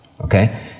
Okay